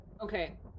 Okay